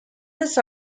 this